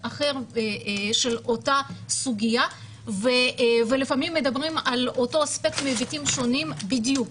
אחר של אותה סוגיה ולפעמים מדברים על אותו אספקט מהיבטים שונים בדיוק.